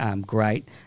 great